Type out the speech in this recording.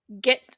get